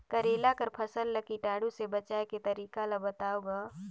करेला कर फसल ल कीटाणु से बचाय के तरीका ला बताव ग?